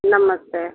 नमस्ते